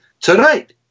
Tonight